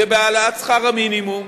ובהעלאת שכר המינימום,